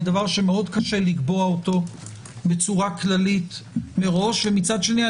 היא דבר שמאוד קשה לקבוע אותו בצורה כללית מראש ומצד שני,